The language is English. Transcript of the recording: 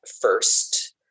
first